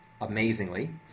amazingly